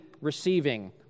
receiving